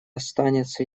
останется